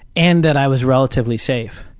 and that i was relatively safe.